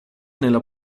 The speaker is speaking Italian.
nella